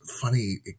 funny